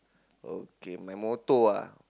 okay my motto ah